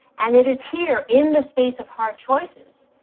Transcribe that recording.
and it is here, in the space of hard choices,